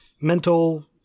mental